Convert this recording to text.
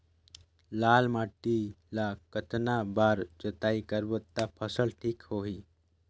लाल माटी ला कतना बार जुताई करबो ता फसल ठीक होती?